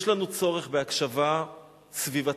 יש לנו צורך בהקשבה סביבתית,